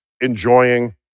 enjoying